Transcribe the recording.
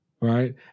Right